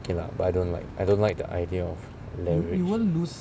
okay lah but I don't like I don't like the idea of leverage